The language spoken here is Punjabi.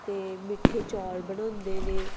ਅਤੇ ਮਿੱਠੇ ਚੌਲ ਬਣਾਉਂਦੇ ਨੇ